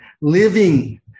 living